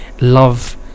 love